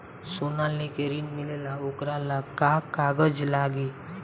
सोना लेके ऋण मिलेला वोकरा ला का कागज लागी?